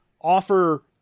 offer